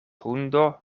hundo